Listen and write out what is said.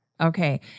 Okay